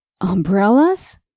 Umbrellas